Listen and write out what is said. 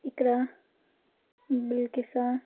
اِقرا بِلکیسا